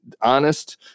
honest